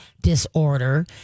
disorder